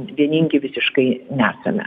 vieningi visiškai nesame